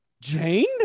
Jane